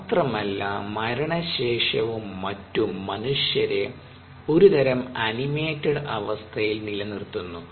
മാത്രമല്ല മരണശേഷവും മറ്റും മനുഷ്യരെ ഒരു തരം അനിമേറ്റഡ് അവസ്ഥയിൽ നിലനിർത്തുന്നു